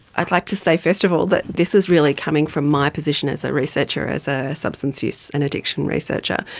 i'd like to say first of all that this is really coming from my position as a researcher, as a substance use and addiction researcher,